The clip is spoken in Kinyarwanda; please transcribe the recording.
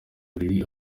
buriri